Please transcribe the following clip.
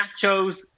nachos